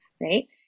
right